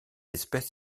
espèce